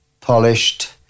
polished